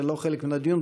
זה לא חלק מן הדיון,